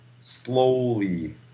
slowly